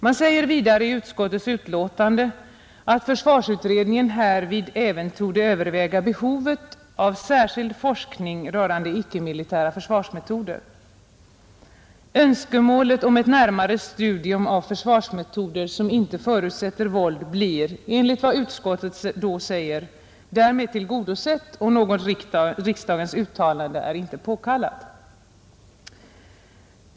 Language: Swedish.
Man säger vidare i utskottets utlåtande att försvarsutredningen härvid även torde överväga behovet av särskild forskning rörande icke-militära försvarsmetoder. Önskemålet om ett närmare studium av försvarsmetoder som inte förutsätter våld blir — enligt utskottet — därmed tillgodosett, och något riksdagens uttalande är inte påkallat.